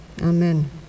amen